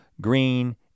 green